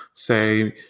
say,